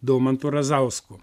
domantu razausku